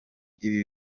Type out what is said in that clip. ibi